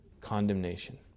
condemnation